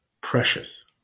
precious